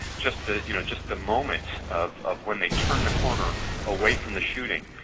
just the you know just the moment of of when they turn the corner away from the shooting,